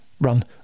run